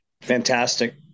Fantastic